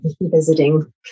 visiting